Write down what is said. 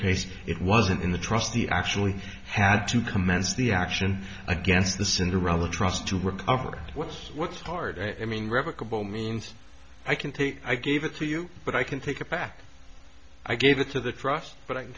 case it wasn't in the trust the actually had to commence the action against the cinderella trust to recover what's what's hard i mean revocable means i can take i gave it to you but i can take it back i gave it to the trust but i